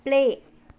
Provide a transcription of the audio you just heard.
play